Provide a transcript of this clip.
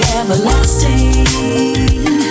everlasting